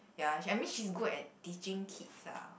ya she I mean she's good at teaching kids ah